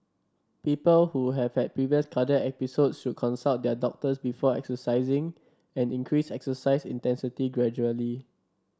people who have had previous cardiac episodes should consult their doctors before exercising and increase exercise intensity gradually